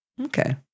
Okay